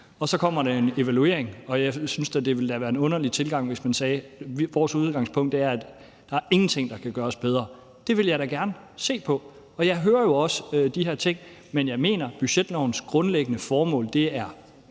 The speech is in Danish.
af. Så kommer der en evaluering, og jeg synes, at det da ville være en underlig tilgang, hvis vi sagde, at vores udgangspunkt er, at der ikke er noget, der kan gøres bedre. Jeg vil da gerne se på det, og jeg hører jo også de her ting, men jeg mener, at budgetlovens grundlæggende formål er